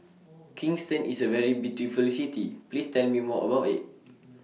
Kingston IS A very beautiful City Please Tell Me More about IT